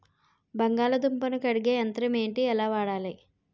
బంగాళదుంప ను కడిగే యంత్రం ఏంటి? ఎలా వాడాలి?